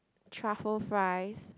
truffle fries